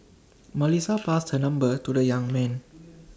Melissa passed her number to the young man